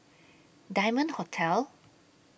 Diamond Hotel